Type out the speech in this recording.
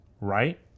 right